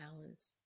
hours